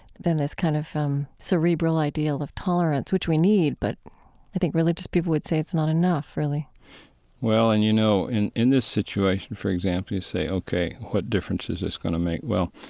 than this kind of um cerebral ideal of tolerance, which we need, but i think religious people would say it's not enough really well, and you know, in in this situation, for example, you say, ok, what difference is this going to make? well,